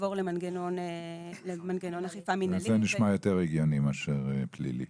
לעבור למנגנון אכיפה מנהלי --- אז זה נשמע יותר הגיוני מאשר פלילי.